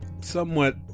somewhat